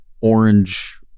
orange